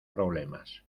problemas